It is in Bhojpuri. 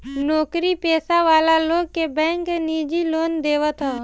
नोकरी पेशा वाला लोग के बैंक निजी लोन देवत हअ